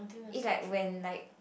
is like when like